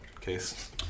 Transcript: case